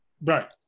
Right